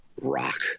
rock